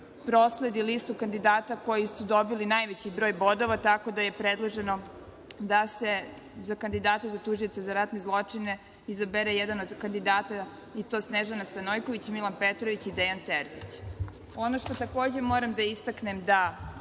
prosledi listu kandidata koji su dobili najveći broj bodova, tako da je predloženo da se za kandidata za tužioce za ratne zločine izabere jedan od kandidata i to Snežana Stanojković, Milan Petrović i Dejan Terzić. Ono što takođe moram da istaknem, da